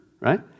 right